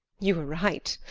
you are right.